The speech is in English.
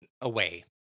away